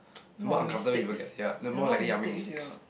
the more uncomfortable people get ya the more likely I'll make mistakes